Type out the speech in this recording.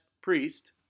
priest